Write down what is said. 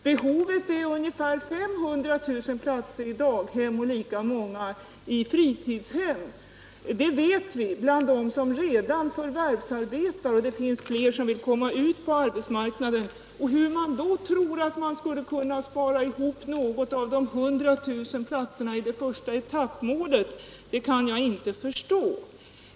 Behovet är ungefär 500 000 platser i daghem och lika många i fritidshem för dem som redan förvärvsarbetar — det vet vi — och det finns fler som vill komma ut på arbetsmarknaden. Hur man då tror att man skulle kunna spara någon del av de 100 000 platserna i den första etappen kan jag inte förstå.